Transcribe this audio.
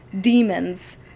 demons